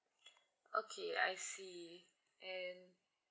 okay I see and